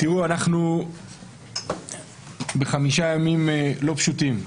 אנחנו בחמישה ימים לא פשוטים,